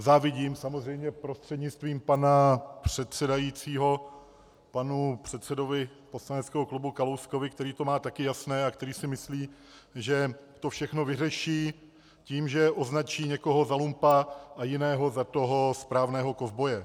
Závidím samozřejmě prostřednictvím pana předsedajícího panu předsedovi poslaneckého klubu Kalouskovi, který to má také jasné a který si myslí, že to všechno vyřeší tím, že označí někoho za lumpa a jiného za toho správného kovboje.